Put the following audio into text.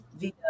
via